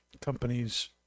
companies